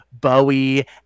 Bowie